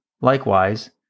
Likewise